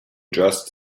just